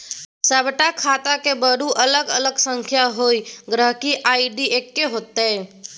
सभटा खाताक बरू अलग अलग संख्या होए ग्राहक आई.डी एक्के हेतै